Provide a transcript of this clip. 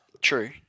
True